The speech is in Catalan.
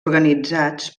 organitzats